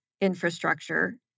infrastructure